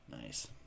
Nice